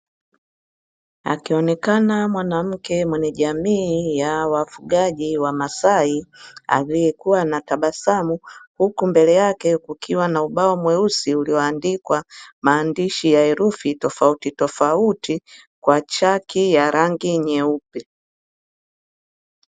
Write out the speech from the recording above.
Akionekana mwanamke mwenye jamii ya wafugaji wa maasai, aliyekuwa na tabasamu. Huku mbele yake kukiwa na ubao mweusi ulioandikwa maandishi ya herufi tofautitofauti, kwa chaki ya rangi nyeupe.